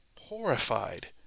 horrified